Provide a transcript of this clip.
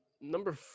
Number